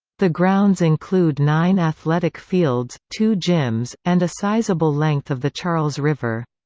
the grounds include nine athletic fields, two gyms, and a sizable length of the charles river.